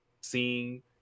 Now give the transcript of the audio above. seeing